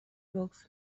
evokes